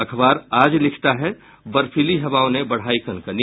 अखबार आज लिखता है बर्फीली हवाओं ने बढ़ायी कनकनी